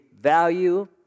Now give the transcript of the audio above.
value